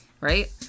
right